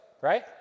right